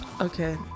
Okay